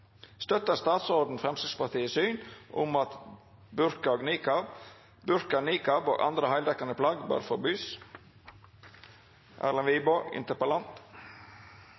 Støtter statsråden Fremskrittspartiets syn om at burka, nikab og andre heldekkende plagg bør forbys?